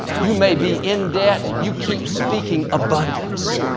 you may be in debt, you keep speaking abundance.